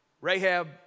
Rahab